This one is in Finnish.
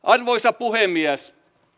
arvoisa puhemies